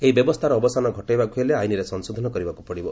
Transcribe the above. ଏହି ବ୍ୟବସ୍ଥାର ଅବସାନ ଘଟାଇବାକୁ ହେଲେ ଆଇନରେ ସଂଶୋଧନ କରିବାକୁ ପଡ଼ିବ